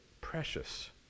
precious